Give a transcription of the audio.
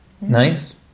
nice